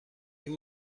این